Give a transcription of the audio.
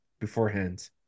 beforehand